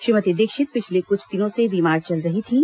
श्रीमती दीक्षित पिछले कुछ दिनों से बीमार चल रही थीं